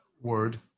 word